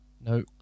no